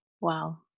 wow